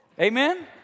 Amen